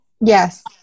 Yes